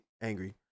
angry